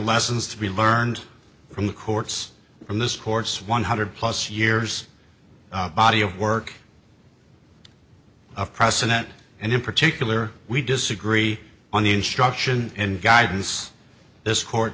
lessons to be learned from the courts in this court's one hundred plus years body of work of precedent and in particular we disagree on the instruction and guidance this court